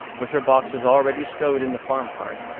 with her boxes already stowed in the farm cart,